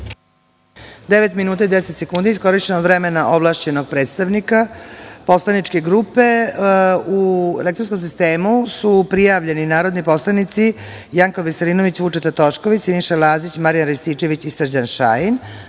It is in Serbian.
minuta i 10 sekundi od vremena ovlašćenog predstavnika poslaničke grupe.U elektronskom sistemu su prijavljeni narodni poslanici: Janko Veselinović, Vučeta Tošković, Siniša Lazić, Marijan Rističević i Srđan Šajn.